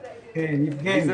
יבגני.